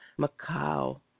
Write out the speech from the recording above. Macau